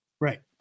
Right